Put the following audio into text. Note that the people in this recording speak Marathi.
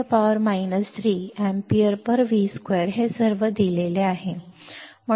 4 10 3 A V2 हे सर्व दिले आहे